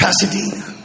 Pasadena